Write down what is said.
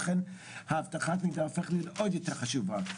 לכן אבטחת המידע הופכת להיות עוד יותר חשובה.